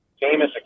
famous